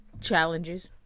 challenges